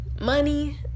money